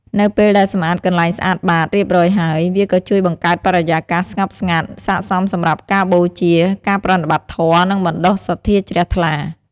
នៅពេលដែល សម្អាតកន្លែងស្អាតបាត រៀបរយហើយ វាក៏ជួយបង្កើតបរិយាកាសស្ងប់ស្ងាត់ ស័ក្តិសមសម្រាប់ការបូជា ការប្រតិបត្តិធម៌ និងបណ្តុះសទ្ធាជ្រះថ្លា។